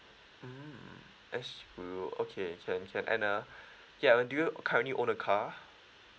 mm I see oh okay can can and uh yeah and do you currently own a car